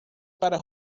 para